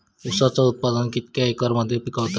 ऊसाचा उत्पादन कितक्या एकर मध्ये पिकवतत?